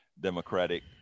democratic